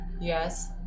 Yes